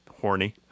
horny